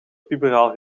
puberaal